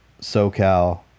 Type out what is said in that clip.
SoCal